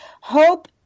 Hope